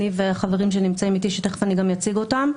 אני והחברים שנמצאים איתי, שתכף אני גם אציג אותם.